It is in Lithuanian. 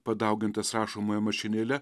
padaugintas rašomąja mašinėle